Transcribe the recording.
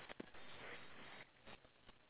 right remember